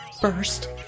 First